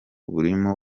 burimo